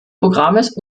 programms